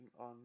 on